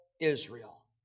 Israel